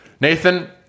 Nathan